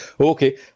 Okay